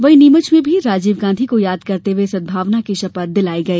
वहीं नीमच में भी राजीव गांधी को याद करते हुए सद्भावना की शपथ दिलाई गई